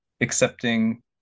accepting